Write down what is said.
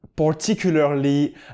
particularly